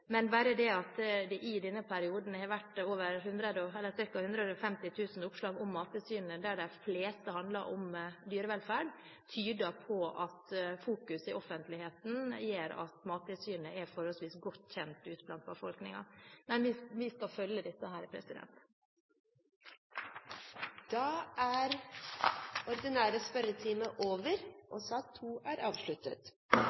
Men bare det at det i denne perioden har vært ca. 150 000 oppslag om Mattilsynet, der de fleste handler om dyrevelferd, tyder på at fokuseringen i offentligheten gjør at Mattilsynet er forholdsvis godt kjent ute blant befolkningen. Men vi skal følge dette. Sak nr. 2 er